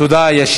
תודה רבה.